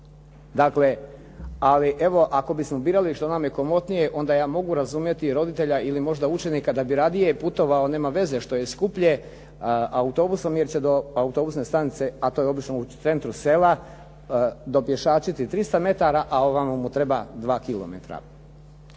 znadete. Ali evo ako bismo birali što nam je komotnije, onda ja mogu razumjeti i roditelja ili možda učenika da bi radije putovao, nema veze što je skuplje, autobusom jer će do autobusne stanice, a to je obično u centru sela, dopješačiti 300 metara, a ovamo mu treba 2 km.